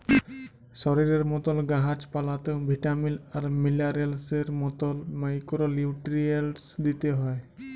শরীরের মতল গাহাচ পালাতেও ভিটামিল আর মিলারেলসের মতল মাইক্রো লিউট্রিয়েল্টস দিইতে হ্যয়